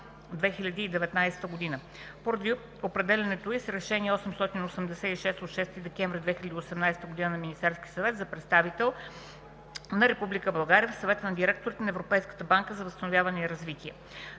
поради определянето й с Решение № 886 от 6 декември 2018 г. на Министерския съвет за представител на Република България в Съвета на директорите на Европейската банка за възстановяване и развитие.